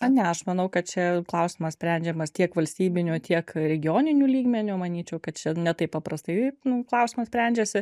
a ne aš manau kad čia klausimas sprendžiamas tiek valstybiniu tiek regioniniu lygmeniu manyčiau kad čia ne taip paprastai nu klausimas sprendžiasi